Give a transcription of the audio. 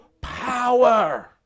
power